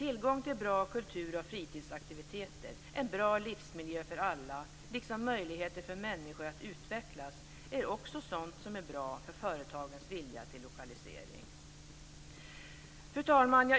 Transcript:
Tillgång till bra kultur och fritidsaktiviteter, en bra livsmiljö för alla, liksom möjligheter för människor att utvecklas är också sådant som är bra för företagens vilja till lokalisering. Fru talman!